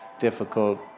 difficult